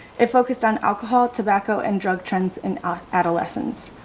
it focused on alcohol, tobacco and drug trends in ah adolescence.